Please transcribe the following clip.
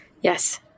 Yes